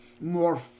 more